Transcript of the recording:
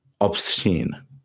obscene